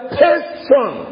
person